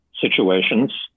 situations